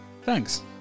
Thanks